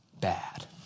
bad